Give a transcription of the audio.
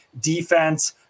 defense